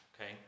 okay